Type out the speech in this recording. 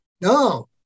No